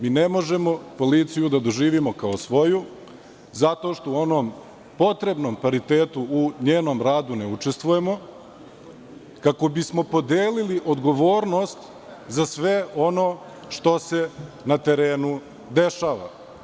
Mi ne možemo policiju da doživimo kao svoju zato što u onom potrebnom paritetu u njenom radu ne učestvujemo, kako bismo podelili odgovornost za sve ono što se na terenu dešava.